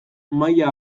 maila